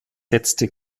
setzte